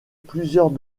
plusieurs